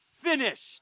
finished